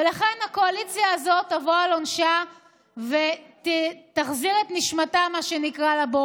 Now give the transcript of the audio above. ולכן הקואליציה הזו תבוא על עונשה ותחזיר את נשמתה לבורא,